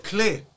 Clear